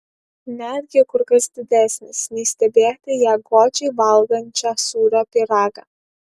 netgi kur kas didesnis nei stebėti ją godžiai valgančią sūrio pyragą